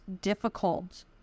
difficult